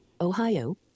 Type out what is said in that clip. Ohio